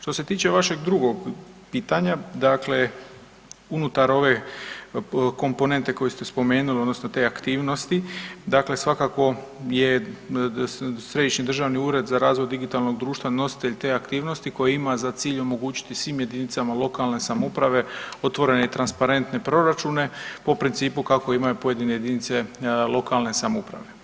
Što se tiče vašeg drugog pitanja, dakle unutar ove komponente koju ste spomenuli, odnosno te aktivnosti, dakle svakako je Središnji državni ured za razvoj digitalnog društva nositelj te aktivnosti koji ima za cilj omogućiti svim jedinicama lokalne samouprave otvorene i transparentne proračune po principu kako imaju pojedine jedinice lokalne samouprave.